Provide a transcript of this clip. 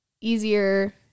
easier